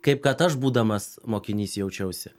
kaip kad aš būdamas mokinys jaučiausi